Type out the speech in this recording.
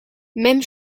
même